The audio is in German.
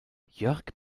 jörg